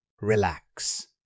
relax